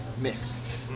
mix